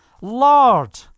Lord